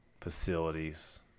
facilities